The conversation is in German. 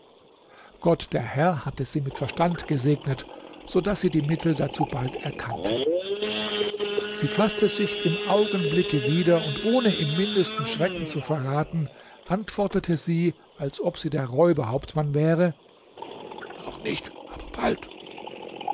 gott der herr hatte sie mit verstand gesegnet so daß sie die mittel dazu bald erkannte sie faßte sich im augenblicke wieder und ohne im mindesten schrecken zu verraten antwortete sie als ob sie der räuberhauptmann wäre noch nicht aber bald